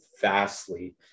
vastly